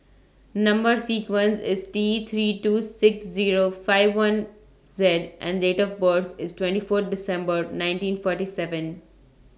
Number sequence IS T three two six Zero five four one Z and Date of birth IS twenty four December nineteen forty nine